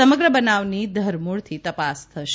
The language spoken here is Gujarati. સમગ્ર બનાવની ધરમૂળથી તપાસ થશે